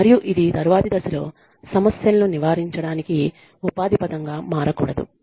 మరియు ఇది తరువాతి దశలో సమస్యలను నివారించడానికి ఉపాధి పదంగా మారకూడదు